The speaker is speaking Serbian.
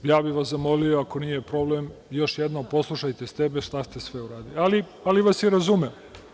Zamolio bih vas, ako nije problem, još jednom poslušajte sebe šta ste sve uradili, ali vas i razumem.